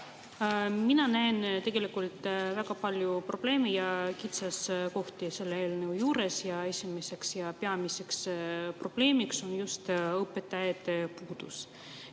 Mina näen tegelikult väga palju probleeme ja kitsaskohti selle eelnõu juures ja esimeseks ja peamiseks probleemiks on just õpetajate puudus.